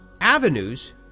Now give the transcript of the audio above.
avenues